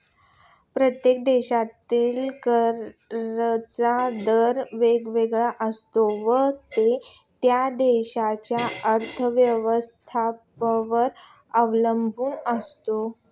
प्रत्येक देशातील कराचा दर वेगवेगळा असतो व तो त्या देशाच्या अर्थव्यवस्थेवर अवलंबून असतो